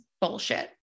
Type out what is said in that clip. bullshit